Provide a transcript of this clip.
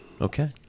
okay